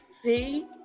See